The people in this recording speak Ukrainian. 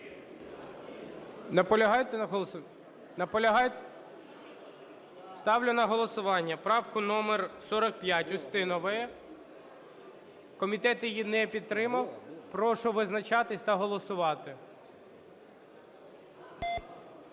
Ставлю на голосування правку номер 45 Устінової. Комітет її не підтримав. Прошу визначатись та голосувати.